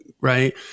Right